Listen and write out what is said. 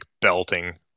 belting